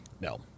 no